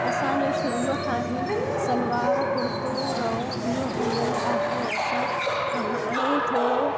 असांजो शुरुअ खां ई सलवार कुर्तो रओ इहो हलियलु आहे असां हा हाणे थोरो